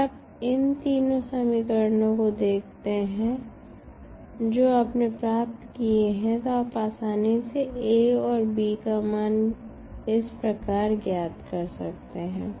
अगर आप इन तीनों समीकरणों को देखते हैं जो अपने प्राप्त किये हैं तो आप आसानी से A और B का मान इस प्रकार ज्ञात कर सकते हैं